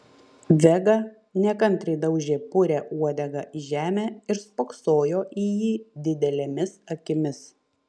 vega nekantriai daužė purią uodegą į žemę ir spoksojo į jį didelėmis akimis